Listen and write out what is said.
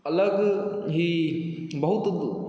अलग ही बहुत